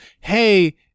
hey